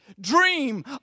Dream